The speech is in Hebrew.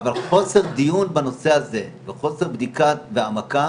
אבל חוסר דיון בנושא הזה וחוסר בדיקה והעמקה